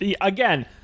Again